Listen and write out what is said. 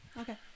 Okay